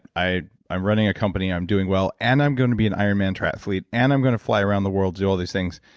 i'm i'm running a company, i'm doing well, and i'm going to be an ironman triathlete, and i'm going to fly around the world to do all these things.